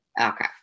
Okay